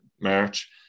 March